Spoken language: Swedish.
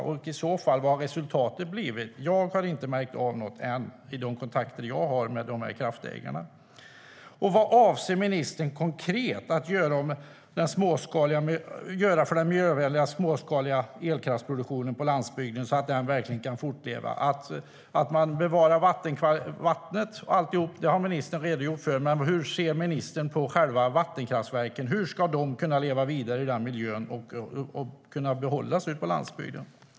I så fall undrar jag: Vad har resultatet blivit? Jag har inte märkt av något än i de kontakter jag har med kraftägarna. Vad avser ministern konkret att göra för den miljövänliga småskaliga elkraftsproduktionen på landsbygden, så att den verkligen kan fortleva? Att man bevarar vattnet och alltihop har ministern redogjort för. Men hur ser ministern på själva vattenkraftverken? Hur ska de kunna leva vidare i den miljön och kunna behållas ute på landsbygden?